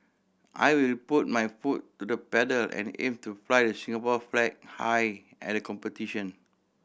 I will put my foot to the pedal and aim to fly the Singapore flag high at the competition